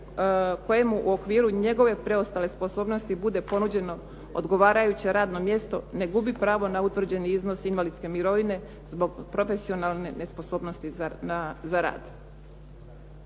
kojemu u okviru njegove preostale sposobnosti bude ponuđeno odgovarajuće radno mjesto, ne gubi pravo na utvrđeni iznos invalidske mirovine zbog profesionalne nesposobnosti za rad.